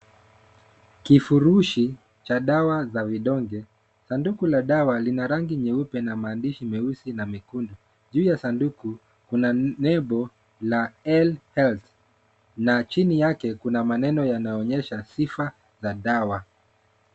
Kifurushi cha dawa za vidonge. Sanduku la dawa lina rangi nyeupe na maandishi meusi na mekundu. Juu ya sanduku, kuna lebo la L health , na chini yake kuna maneno yanaonyesha sifa za dawa.